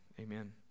amen